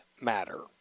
matter